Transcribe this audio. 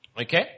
Okay